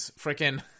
freaking